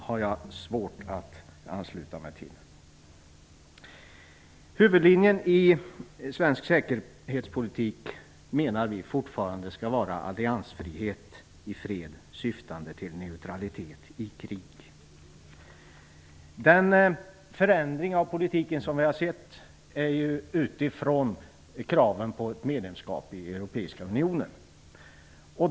Vi menar att huvudlinjen i svensk säkerhetspolitik fortfarande skall vara alliansfrihet i fred syftande till neutralitet i krig. Den förändring av politiken som vi har sett har ju skett utifrån kravet på ett medlemskap i Europeiska unionen.